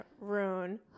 Rune